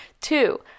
Two